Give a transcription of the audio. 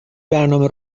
برنامه